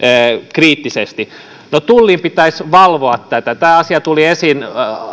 kriittisesti no tullin pitäisi valvoa tätä tämä asia tuli esiin